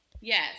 Yes